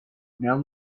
now